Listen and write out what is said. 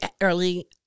early